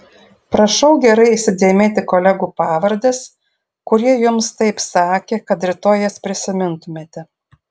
prašau gerai įsidėmėti kolegų pavardes kurie jums taip sakė kad rytoj jas prisimintumėte